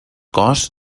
cos